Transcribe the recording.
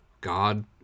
God